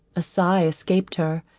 a sigh escaped her,